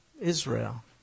Israel